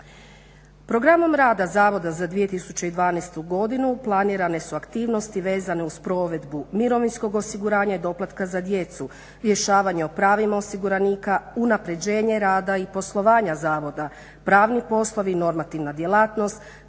Programom rada Zavoda za 2012. godinu planirane su aktivnosti vezane uz provedbu mirovinskog osiguranja i doplatka za djecu, rješavanje o pravima osiguranika, unapređenje rada i poslovanja Zavoda, pravni poslovi i normativna djelatnost,